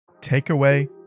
Takeaway